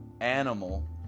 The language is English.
animal